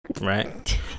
Right